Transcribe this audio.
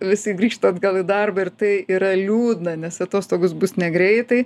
visi grįžta atgal į darbą ir tai yra liūdna nes atostogos bus negreitai